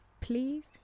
please